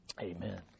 Amen